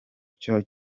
cyane